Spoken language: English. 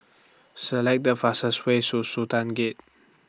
Select The fastest Way Su Sultan Gate